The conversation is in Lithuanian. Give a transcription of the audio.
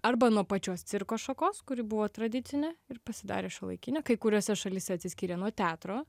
arba nuo pačios cirko šakos kuri buvo tradicinė ir pasidarė šiuolaikinė kai kuriose šalyse atsiskyrė nuo teatro